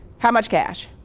how much cash?